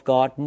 God